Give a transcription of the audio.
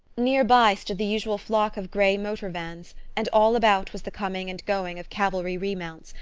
near by stood the usual flock of grey motor-vans, and all about was the coming and going of cavalry remounts,